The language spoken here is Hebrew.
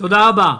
תודה רבה.